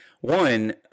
One